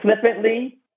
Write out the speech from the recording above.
flippantly